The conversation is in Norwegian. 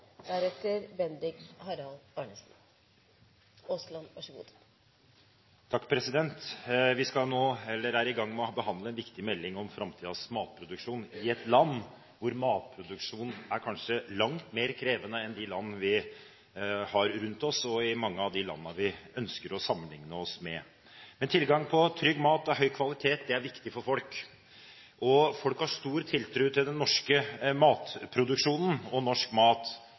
langt mer krevende enn i de landene vi har rundt oss, og i mange av de landene vi ønsker å sammenligne oss med. Men tilgang på trygg mat av høy kvalitet er viktig for folk, og folk har stor tiltro til den norske matproduksjonen og norsk mat.